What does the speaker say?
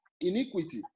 iniquity